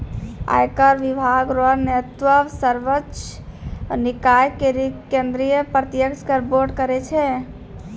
आयकर विभाग रो नेतृत्व सर्वोच्च निकाय केंद्रीय प्रत्यक्ष कर बोर्ड करै छै